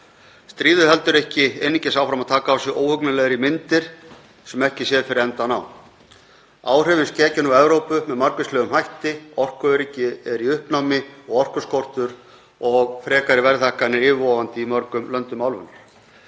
Stríðið heldur ekki einungis áfram að taka á sig óhugnanlegri myndir sem ekki sér fyrir endann á, áhrifin skekja nú Evrópu með margvíslegum hætti. Orkuöryggi er í uppnámi og orkuskortur og frekari verðhækkanir yfirvofandi í mörgum löndum álfunnar.